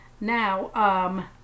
Now